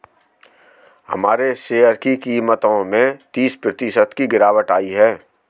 हमारे शेयर की कीमतों में तीस प्रतिशत की गिरावट आयी है